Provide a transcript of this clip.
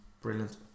brilliant